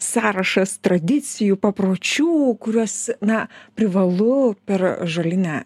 sąrašas tradicijų papročių kuriuos na privalu per žolinę